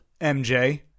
MJ